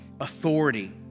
authority